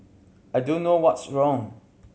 I don't know what's wrong